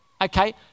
okay